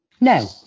No